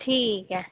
ठीक ऐ